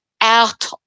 out